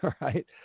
right